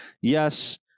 yes